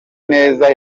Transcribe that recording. neza